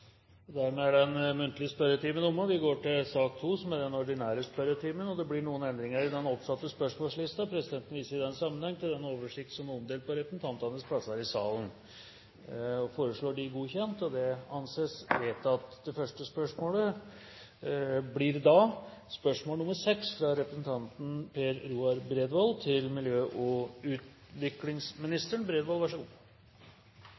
Dermed er den muntlige spørretimen omme, og vi går over til den ordinære spørretimen. Det blir noen endringer i den oppsatte spørsmålslisten, og presidenten viser i den sammenheng til den oversikten som er omdelt på representantenes plasser i salen. De foreslåtte endringene i dagens spørretime foreslås godkjent. – Det anses vedtatt. Endringene var som følger: Spørsmål 2, fra representanten Elisabeth Aspaker til kunnskapsministeren, er overført til